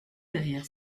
derrière